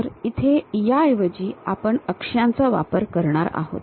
तर इथे या ऐवजी आपण अक्षरांचा वापर करणार आहोत